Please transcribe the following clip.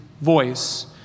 voice